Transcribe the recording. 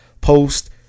post